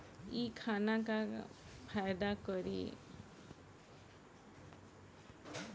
इ खाना का फायदा करी